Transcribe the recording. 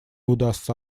удастся